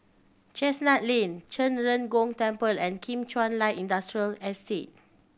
Chestnut Lane Zhen Ren Gong Temple and Kim Chuan Light Industrial Estate